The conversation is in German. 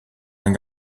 sein